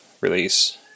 release